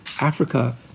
Africa –